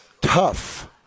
tough